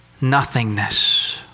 nothingness